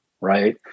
right